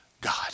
God